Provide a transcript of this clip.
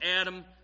Adam